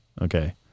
Okay